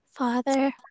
Father